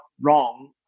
wrong